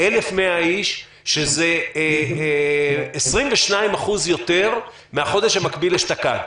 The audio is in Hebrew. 1,100 איש, שזה 22% יותר מהחודש שמקביל אשתקד.